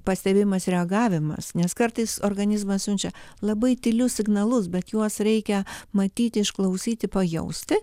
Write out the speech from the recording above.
pastebimas reagavimas nes kartais organizmas siunčia labai tylius signalus bet juos reikia matyti išklausyti pajausti